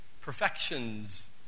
perfections